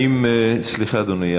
סליחה, אדוני.